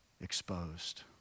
exposed